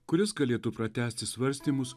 kuris galėtų pratęsti svarstymus